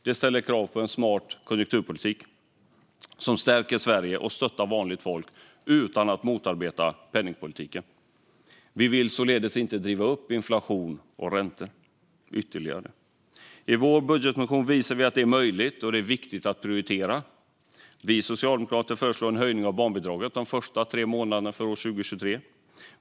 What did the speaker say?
Det ställer krav på en smart konjunkturpolitik som stärker Sverige och stöttar vanligt folk utan att motarbeta penningpolitiken. Vi vill ju inte driva upp inflation och räntor ytterligare. I vår budgetmotion visar vi att det är möjligt och att det är viktigt att prioritera. Vi socialdemokrater föreslår en höjning av barnbidraget de första tre månaderna 2023.